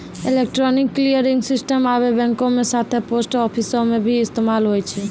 electronic clearing system आबे बैंको के साथे पोस्ट आफिसो मे भी इस्तेमाल होय छै